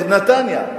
לנתניה,